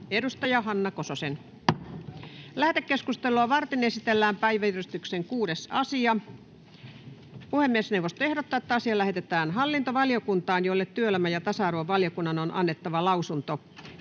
järjestämisvastuuseen. Lähetekeskustelua varten esitellään päiväjärjestyksen 6. asia. Puhemiesneuvosto ehdottaa, että asia lähetetään hallintovaliokuntaan, jolle työelämä- ja tasa-arvovaliokunnan on annettava lausunto.